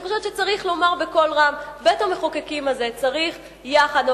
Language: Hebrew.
אני חושבת שצריך לומר בקול רם: בית-המחוקקים הזה צריך יחד,